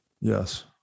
yes